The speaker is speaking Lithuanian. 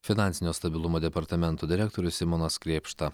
finansinio stabilumo departamento direktorius simonas krėpšta